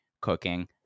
cooking